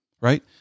right